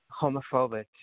homophobic